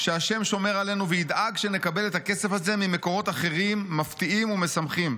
שה' שומר עלינו וידאג שנקבל את הכסף הזה ממקורות אחרים מפתיעים ומשמחים.